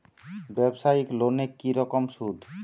ব্যবসায়িক লোনে কি রকম সুদ?